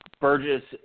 Burgess